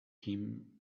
him